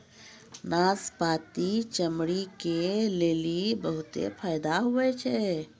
नाशपती चमड़ी के लेली बहुते फैदा हुवै छै